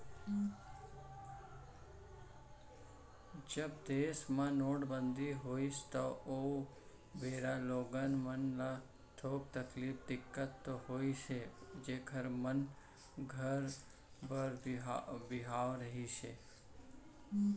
जब देस म नोटबंदी होइस त ओ बेरा लोगन मन ल थोक तकलीफ, दिक्कत तो होइस हे जेखर मन घर बर बिहाव रहिस हे